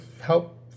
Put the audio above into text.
help